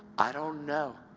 i don't know,